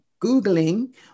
Googling